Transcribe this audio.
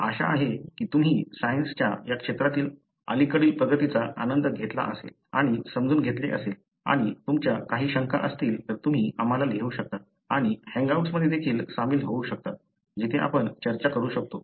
आम्हाला आशा आहे की तुम्ही सायन्सच्या या क्षेत्रातील अलीकडील प्रगतीचा आनंद घेतला असेल आणि समजून घेतले असेल आणि तुमच्या काही शंका असतील तर तुम्ही आम्हाला लिहू शकता आणि हँगऔट्स मध्ये देखील सामील होऊ शकता जिथे आपण चर्चा करू शकतो